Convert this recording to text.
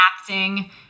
acting